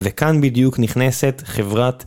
וכאן בדיוק נכנסת חברת.